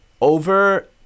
over